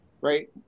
right